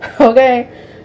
okay